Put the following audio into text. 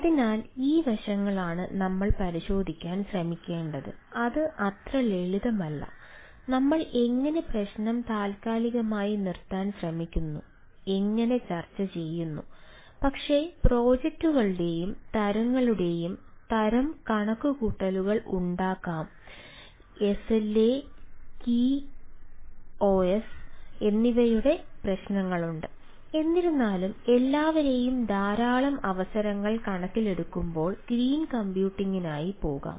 അതിനാൽ ഈ വശങ്ങളാണ് നമ്മൾ പരിശോധിക്കാൻ ശ്രമിക്കേണ്ടത് അത് അത്ര ലളിതമല്ല നമ്മൾ എങ്ങനെ പ്രശ്നം താൽക്കാലികമായി നിർത്താൻ ശ്രമിക്കുന്നു എങ്ങനെ ചർച്ച ചെയ്യുന്നു പക്ഷേ പ്രോജക്റ്റുകളുടെയും പോകാം